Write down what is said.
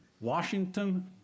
Washington